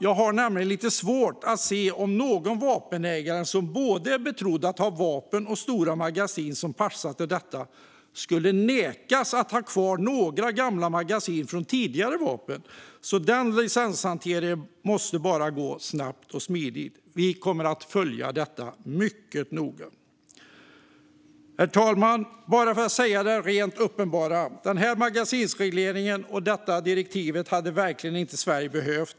Jag har lite svårt att se att någon vapenägare som är betrodd att ha både ett vapen och stora magasin som passar till detta skulle nekas att ha kvar några gamla magasin från tidigare vapen, så den licenshanteringen bara måste gå snabbt och smidigt. Vi kommer att följa detta mycket noga. Herr talman! Bara för att säga det rent uppenbara: Denna magasinsreglering och detta direktiv hade Sverige verkligen inte behövt.